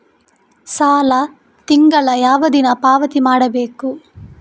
ಸಾಲ ತಿಂಗಳ ಯಾವ ದಿನ ಪಾವತಿ ಮಾಡಬೇಕು?